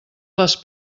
les